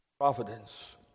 providence